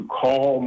call